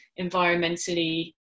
environmentally